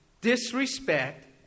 disrespect